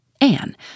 Anne